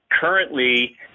currently